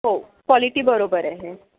हो कॉलिटी बरोबर अहे